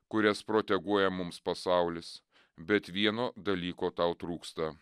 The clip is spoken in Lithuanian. kurias proteguoja mums pasaulis bet vieno dalyko tau trūksta